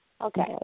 okay